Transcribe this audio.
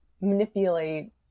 manipulate